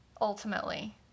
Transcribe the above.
Ultimately